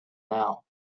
now